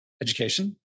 Education